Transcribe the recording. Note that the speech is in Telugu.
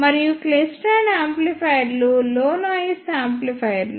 మరియు క్లైస్ట్రాన్ యాంప్లిఫైయర్లు లో నాయిస్ యాంప్లిఫైయర్లు